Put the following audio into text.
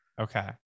Okay